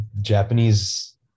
Japanese